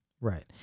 right